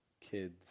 kids